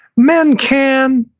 men can.